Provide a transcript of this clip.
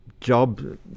job